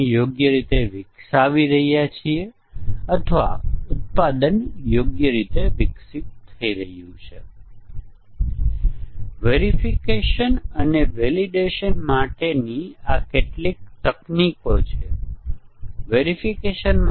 તેઓ ફક્ત કેટલાક સરળ ઇનપુટ આઉટપુટ કરે છે અને આપણે ફક્ત તપાસ કરવી પડશે કે તે ઇનપુટ આઉટપુટ કાર્યરત છે કે નહીં